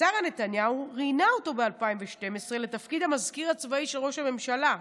שרה נתניהו ראיינה אותו ב-2019 לתפקיד המזכיר הצבאי של ראש הממשלה,